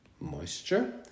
Moisture